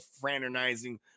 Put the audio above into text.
fraternizing